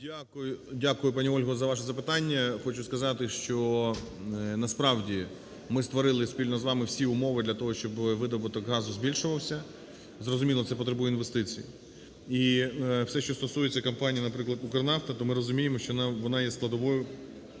Дякую, пані Ольго, за ваше запитання. Хочу сказати, що насправді ми створили спільно з вами всі умови для того, щоб видобуток газу збільшувався. Зрозуміло, це потребує інвестицій. І все, що стосується компанії, наприклад, "Укрнафта", то ми розуміємо, що вона є складовою